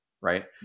Right